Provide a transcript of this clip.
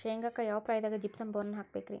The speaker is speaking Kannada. ಶೇಂಗಾಕ್ಕ ಯಾವ ಪ್ರಾಯದಾಗ ಜಿಪ್ಸಂ ಬೋರಾನ್ ಹಾಕಬೇಕ ರಿ?